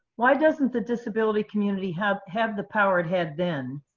why doesn't the disability community have have the power it had then?